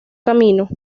camino